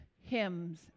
hymns